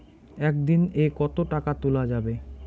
একদিন এ কতো টাকা তুলা যাবে?